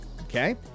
Okay